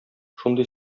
шундый